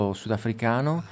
sudafricano